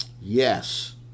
yes